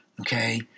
Okay